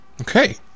Okay